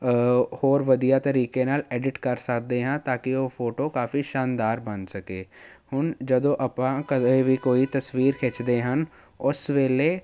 ਹੋਰ ਵਧੀਆ ਤਰੀਕੇ ਨਾਲ ਐਡਿਟ ਕਰ ਸਕਦੇ ਹਾਂ ਤਾਂ ਕਿ ਉਹ ਫੋਟੋ ਕਾਫੀ ਸ਼ਾਨਦਾਰ ਬਣ ਸਕੇ ਹੁਣ ਜਦੋਂ ਆਪਾਂ ਕਦੇ ਵੀ ਕੋਈ ਤਸਵੀਰ ਖਿੱਚਦੇ ਹਨ ਉਸ ਵੇਲੇ